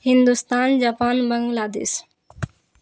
Hindustan Japan بنگلہ دیش